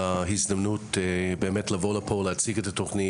על ההזדמנות הזו של לבוא לפה ולהציג בפני הוועדה את התוכנית,